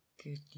Good